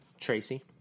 Tracy